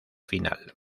final